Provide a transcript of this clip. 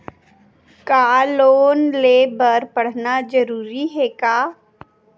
का लोन ले बर पढ़ना जरूरी हे का?